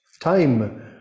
time